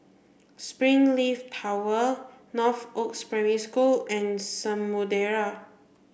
Springleaf Tower Northoaks Primary School and Samudera